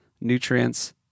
nutrients